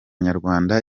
nyarwanda